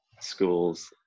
schools